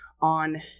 on